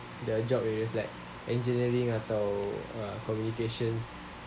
the job areas like engineering atau uh communications